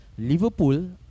liverpool